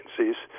agencies